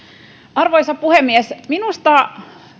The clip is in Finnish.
arvoisa puhemies minusta